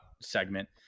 segment